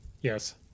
Yes